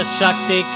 Shakti